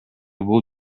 бул